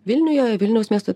vilniuje vilniaus miesto